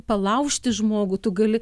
palaužti žmogų tu gali